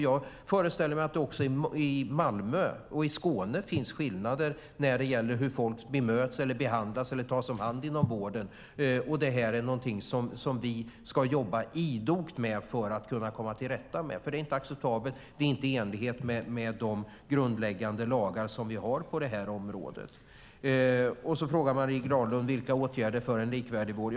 Jag föreställer mig att det även i Skåne finns skillnader i hur folk bemöts, behandlas eller tas om hand inom vården. Det är någonting som vi ska jobba idogt med för att komma till rätta med. Det är inte acceptabelt. Det är inte i enlighet med de lagar som vi har på det här området. Vidare frågar Marie Granlund om åtgärder för en likvärdig vård.